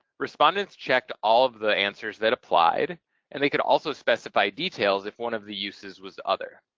respondents checked all of the answers that applied and they could also specify details if one of the uses was other.